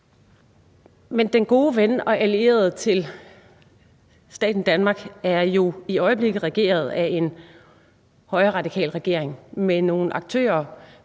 Men den gode ven og allierede til staten Danmark er jo i øjeblikket regeret af en højreradikal regering med nogle aktører,